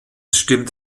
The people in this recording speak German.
stimmt